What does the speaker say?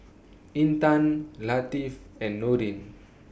Intan Latif and Nudin